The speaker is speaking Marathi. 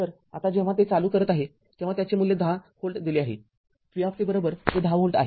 तर आता जेव्हा ते चालू करत आहे तेव्हा त्याचे मूल्य १० व्होल्ट दिले आहे v t बरोबरते १० व्होल्ट आहे